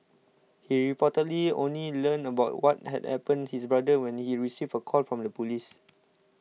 he reportedly only learned about what had happened to his brother when he received a call from the police